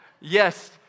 Yes